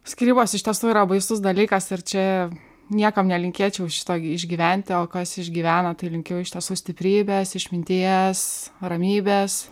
skyrybos iš tiesų yra baisus dalykas ir čia niekam nelinkėčiau šito išgyventi o kas išgyvena tai linkiu iš tiesų stiprybės išminties ramybės